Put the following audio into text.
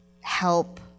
help